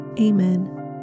Amen